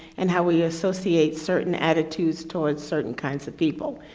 and how we associate certain attitudes towards certain kinds of people.